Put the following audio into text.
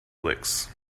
licks